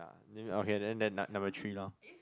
then we okay then then num~ number three loh